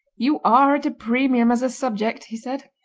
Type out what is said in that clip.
you are at a premium as a subject he said.